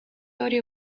audio